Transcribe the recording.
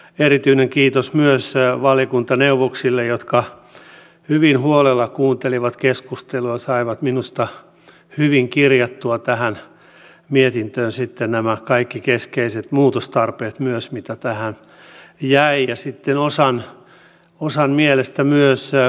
erityinen kiitos myös valiokuntaneuvoksille jotka hyvin huolella kuuntelivat keskustelua ja saivat minusta hyvin kirjattua tähän mietintöön myös nämä kaikki keskeiset muutostarpeet myös mitä tää ja eikä sitten osan ja osan joita tähän jäi